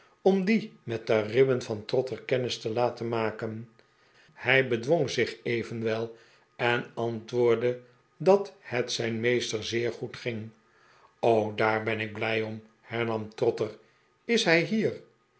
om die met de ribben van trotter kermis te laten maken hij bedwong zich evenwel en antwoordde dat het zijn meester zeer goed ging daar ben ik blij om hernam trotter is hij hier